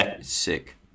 Sick